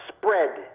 spread